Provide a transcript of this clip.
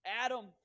Adam